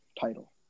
title